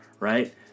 Right